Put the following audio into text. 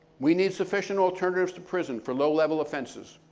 we need sufficient alternatives to prison for low-level offenses,